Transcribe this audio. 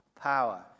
power